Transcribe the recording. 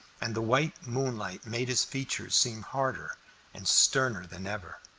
and the white moonlight made his features seem harder and sterner than ever.